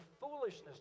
foolishness